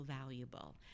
valuable